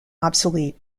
obsolete